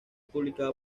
publicada